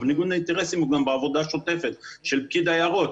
ניגוד האינטרסים הוא גם בעבודה השוטפת של פקיד היערות.